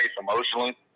emotionally